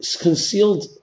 concealed